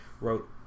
wrote